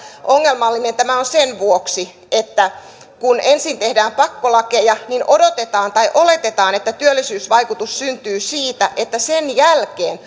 ongelmallinen tämä on sen vuoksi että kun ensin tehdään pakkolakeja niin odotetaan tai oletetaan että työllisyysvaikutus syntyy siitä että sen jälkeen